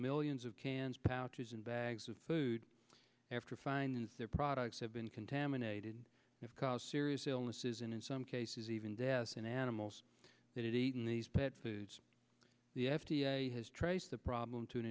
millions of cans pouches in bags of food after fines their products have been contaminated it caused serious illnesses and in some cases even deaths in animals that eat in these pet foods the f d a has traced the problem t